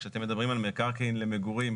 כשאתם מדברים על מקרקעין למגורים,